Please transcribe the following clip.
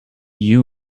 you